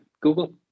Google